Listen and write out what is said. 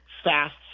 fast